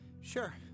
sure